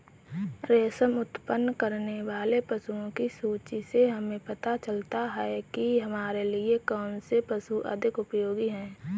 रेशम उत्पन्न करने वाले पशुओं की सूची से हमें पता चलता है कि हमारे लिए कौन से पशु अधिक उपयोगी हैं